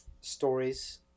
stories